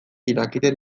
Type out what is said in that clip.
irakiten